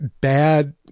bad